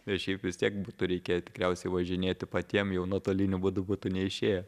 ir šiaip vis tiek būtų reikėję tikriausiai važinėti patiem jau nuotoliniu būdu būtų neišėję